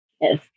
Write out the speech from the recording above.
Yes